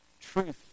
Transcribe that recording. truth